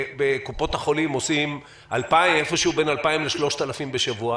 שבקופות החולים עושים איפשהו בין 2,000 3,000 בשבוע.